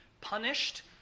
punished